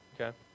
okay